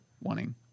wanting